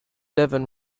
living